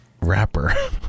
rapper